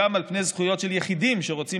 גם על פני זכויות של יחידים שרוצים